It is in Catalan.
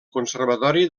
conservatori